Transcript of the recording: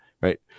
Right